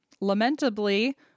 lamentably